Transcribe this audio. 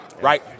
Right